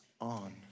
on